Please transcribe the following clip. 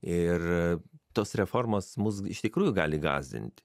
ir tos reformos mus iš tikrųjų gali gąsdint